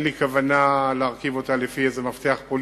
אין לי כוונה להרכיב אותה לפי איזה מפתח פוליטי.